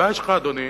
הבעיה שלך, אדוני,